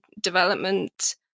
development